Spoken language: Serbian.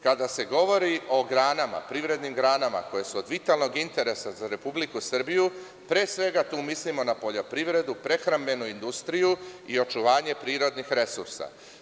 Kada se govori o privrednim granama koje su od vitalnog interesa za Republiku Srbiju, pre svega tu mislimo na poljoprivredu, prehrambenu industriju i očuvanje prirodnih resursa.